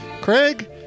Craig